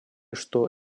что